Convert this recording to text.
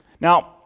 Now